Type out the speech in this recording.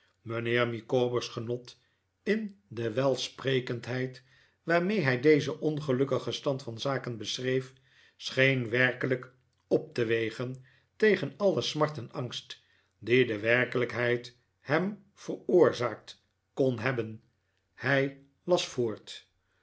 mijnheer micawber's genot in de welsprekendheid waarmee hij dezen ongelukkigen stand van zaken beschreef scheen werkelijk op te wegen tegen alle smart en angst die de werkelijkheid hem veroorzaakt kon hebben hij las